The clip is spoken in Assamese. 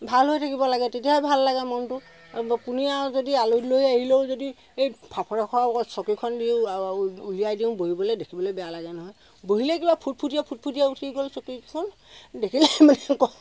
ভাল হৈ থাকিব লাগে তেতিয়াহে ভাল লাগে মনটো পোনেই আৰু যদি আলহী দুলহী আহিলেও যদি এই ফাপৰে খোৱা চকীখন দিওঁ উলিয়াই দিওঁ চকীখন দেখিবলৈ বেয়া লাগে নহয় বহিলেই কিবা ফুটফুটীয়া ফুটফুটীয়া উঠি গ'ল চকীকেইখন দেখিলে মানে